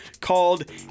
called